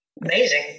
amazing